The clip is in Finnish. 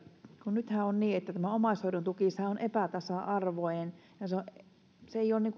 nythän on niin että tämä omaishoidon tuki on epätasa arvoinen se ei ole